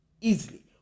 easily